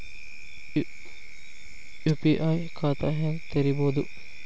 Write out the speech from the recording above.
UPI ಖಾತಾ ಹೆಂಗ್ ತೆರೇಬೋದು?